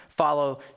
follow